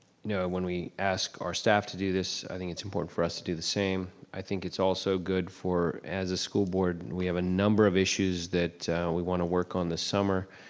you know when we ask our staff to do this i think it's important for us to do the same. i think it's also good for, as a school board, we have a number of issues that we wanna work on this summer.